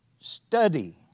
study